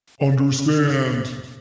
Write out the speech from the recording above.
UNDERSTAND